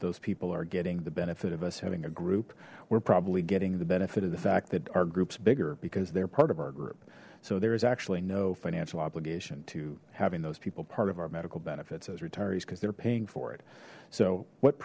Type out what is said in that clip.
those people are getting the benefit of us having a group we're probably getting the benefit of the fact that our group's bigger because they're part of our group so there is actually no financial obligation to having those people part of our medical benefits as retirees because they're paying for it so what